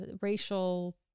racial